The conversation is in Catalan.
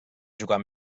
jugar